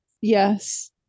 Yes